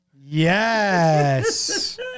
Yes